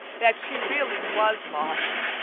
that she really was lost,